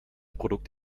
produkt